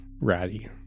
ratty